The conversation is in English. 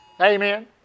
Amen